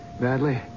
badly